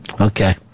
Okay